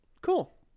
Cool